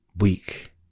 Weak